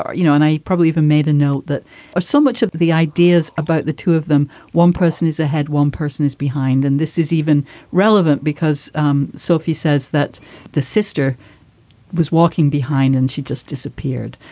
um you know, and i probably even made a note that so much of the the ideas about the two of them, one person is ahead, one person is behind. and this is even relevant because um sophie says that the sister was walking behind and she just disappeared.